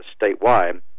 Statewide